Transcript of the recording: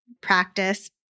practice